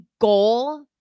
goal